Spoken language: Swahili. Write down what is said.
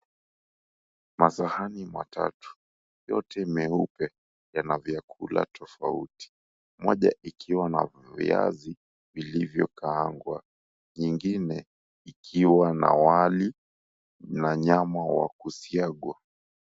Masahani matatu, yote meupe. Yana vyakula tofauti, moja ikiwa na viazi vilivyokaangwa, nyingine ikiwa na wali na nyama wa kusiagwa.